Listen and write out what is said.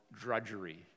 drudgery